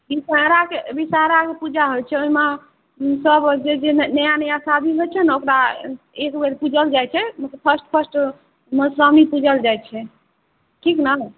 विषहाराके विषहाराके पूजा होइ छै ओहिमे सब जे जे नया नया शादी होइ छै ने ओकरा एक बेर पूजल जाइ छै फर्स्ट फर्स्ट मधुश्रावणी पूजल जाइ छै ठीक ने